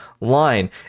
line